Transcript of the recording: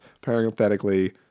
Parenthetically